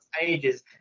ages